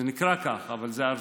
זה נקרא כך, אבל זה ארצי.